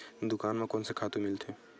दुकान म कोन से खातु मिलथे?